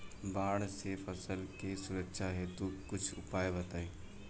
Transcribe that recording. बाढ़ से फसल के सुरक्षा हेतु कुछ उपाय बताई?